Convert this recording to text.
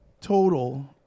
total